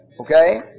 Okay